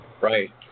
Right